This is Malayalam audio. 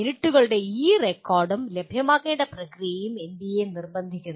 മിനിറ്റുകളുടെ ഈ റെക്കോർഡും ലഭ്യമാക്കേണ്ട പ്രക്രിയയും എൻബിഎ നിർബന്ധിക്കുന്നു